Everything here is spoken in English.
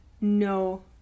no